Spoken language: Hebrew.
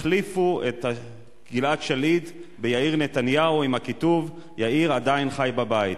החליפו את גלעד שליט ביאיר נתניהו עם הכיתוב: "יאיר עדיין חי בבית".